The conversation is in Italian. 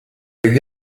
negli